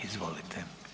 Izvolite.